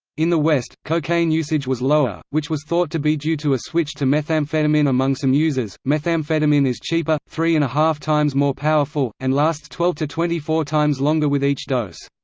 in the west, cocaine usage was lower, which was thought to be due to a switch to methamphetamine among some users methamphetamine is cheaper, three and a half times more powerful, and lasts twelve twenty four times longer with each dose.